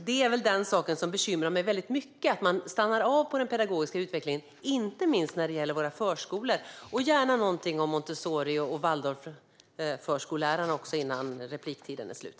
Det är den saken som bekymrar mig väldigt mycket. Det handlar om att man stannar av i den pedagogiska utvecklingen, inte minst när det gäller våra förskolor. Jag vill också gärna höra någonting om Montessori och Waldorfförskollärarna innan repliktiden är slut.